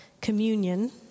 communion